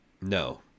No